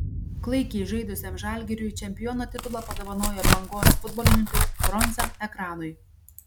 klaikiai žaidusiam žalgiriui čempiono titulą padovanojo bangos futbolininkai bronza ekranui